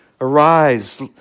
arise